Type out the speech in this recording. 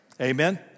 Amen